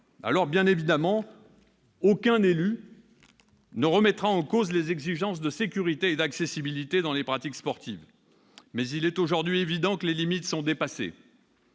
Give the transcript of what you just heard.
! Bien entendu, aucun élu ne remettra en cause les exigences de sécurité et d'accessibilité dans les pratiques sportives. Mais il est aujourd'hui évident que les limites sont dépassées.